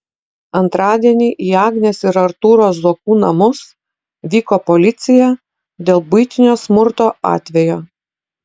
antradienį į agnės ir artūro zuokų namus vyko policija dėl buitinio smurto atvejo